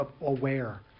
aware